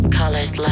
colors